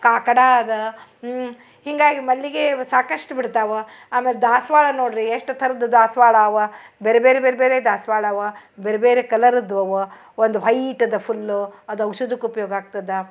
ಕಾಕಡ ಅದ ಹ್ಞೂ ಹೀಗಾಗಿ ಮಲ್ಲಿಗೆ ಸಾಕಷ್ಟು ಬಿಡ್ತಾವೆ ಆಮೇಲೆ ದಾಸವಾಳ ನೋಡಿರಿ ಎಷ್ಟು ಥರದ ದಾಸವಾಳ ಅವ ಬೇರೆ ಬೇರೆ ಬೇರೆ ಬೇರೆ ದಾಸವಾಳವ ಬೇರೆ ಬೇರೆ ಕಲರದ್ದು ಅವ ಒಂದು ವೈಟದ ಫುಲ್ ಅದು ಔಷಧಕ್ಕೆ ಉಪ್ಯೋಗ ಆಗ್ತದೆ